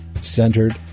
centered